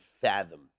fathom